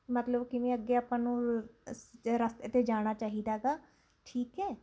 ਮਤਲਬ ਕਿਵੇਂ ਅੱਗੇ ਆਪਾਂ ਨੂੰ ਰਸਤੇ 'ਤੇ ਜਾਣਾ ਚਾਹੀਦਾ ਗਾ ਠੀਕ ਹੈ